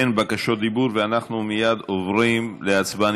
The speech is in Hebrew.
אין בקשות דיבור, ואנחנו מייד עוברים להצבעה.